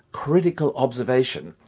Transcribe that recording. critical observation,